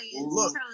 look